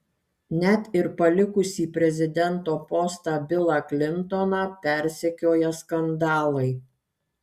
net ir palikusį prezidento postą bilą klintoną persekioja skandalai